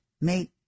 make